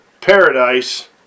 paradise